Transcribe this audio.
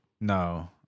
No